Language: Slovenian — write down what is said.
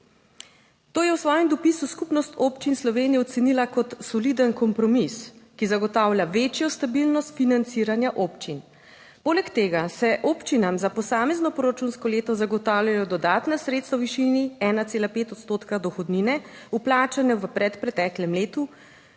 To je v svojem dopisu Skupnost občin Slovenije ocenila kot soliden kompromis, ki zagotavlja večjo stabilnost financiranja občin. Poleg tega se občinam za posamezno proračunsko leto zagotavljajo dodatna sredstva v višini 1,5 odstotka dohodnine, vplačane v predpreteklem letu,